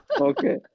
Okay